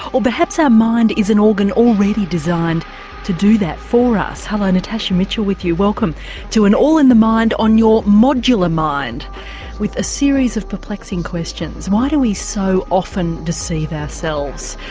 or perhaps our mind is an organ already designed to do that for us? hello, natasha mitchell with you, welcome to an all in the mind on your modular mind with a series of perplexing questions. why do we so often deceive ourselves,